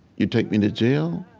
you take me to jail,